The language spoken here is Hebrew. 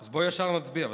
אז בוא ישר נצביע וזהו.